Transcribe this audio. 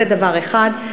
זה דבר אחד.